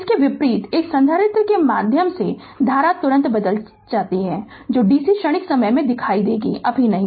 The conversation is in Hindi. इसके विपरीत एक संधारित्र के माध्यम से धारा तुरंत बदल सकती है जो dc क्षणिक समय में दिखाई देगी अभी नहीं